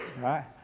right